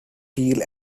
peel